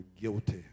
guilty